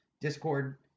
Discord